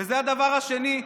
וזה הדבר השני,